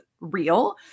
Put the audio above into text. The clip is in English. real